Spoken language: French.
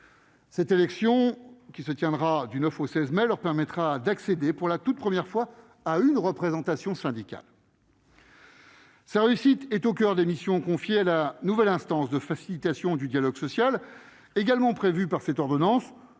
Cette élection, qui se tiendra du 9 au 16 mai 2022, leur permettra d'accéder pour la toute première fois à une représentation syndicale. Sa réussite est au coeur des missions confiées à la nouvelle instance de facilitation du dialogue social, également prévue par cette ordonnance